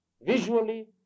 visually